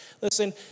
Listen